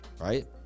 Right